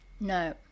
no